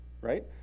right